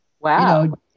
Wow